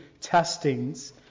testings